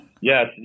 Yes